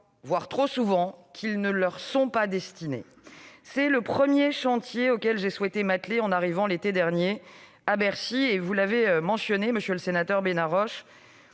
voire trop souvent, qu'ils ne leur sont pas destinés. C'est le premier chantier auquel j'ai souhaité m'atteler en arrivant l'été dernier à Bercy. Pour reprendre l'expression de M. le sénateur Benarroche,